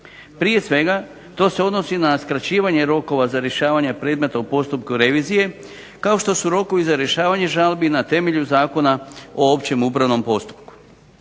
Prije svega, to se odnosi na skraćivanje rokova za rješavanje predmeta u postupku revizije kao što su rokovi za rješavanje žalbi na temelju Zakona o općem upravnom postupku.